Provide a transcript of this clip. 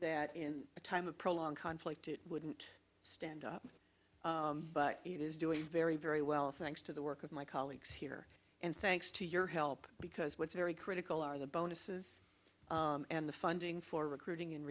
that in a time of prolonged conflict it wouldn't stand up but it is doing very very well thanks to the work of my colleagues here and thanks to your help because what's very critical are the bonuses and the funding for recruiting